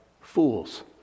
fools